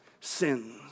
sins